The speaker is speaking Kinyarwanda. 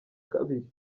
kabiri